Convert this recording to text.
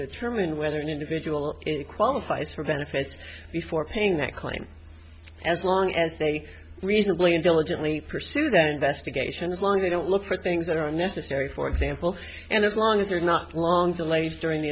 determine whether an individual qualifies for benefits before paying that claim as long as they reasonably in diligently pursue that investigations learn they don't look for things that are necessary for example and as long as they're not long delays during the